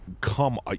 come